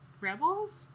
Rebels